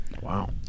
wow